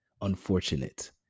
unfortunate